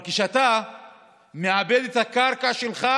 אבל כשאתה מעבד את הקרקע שלך